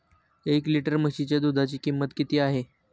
एक लिटर म्हशीच्या दुधाची किंमत किती आहे?